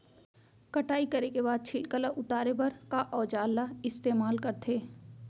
कटाई करे के बाद छिलका ल उतारे बर का औजार ल इस्तेमाल करथे?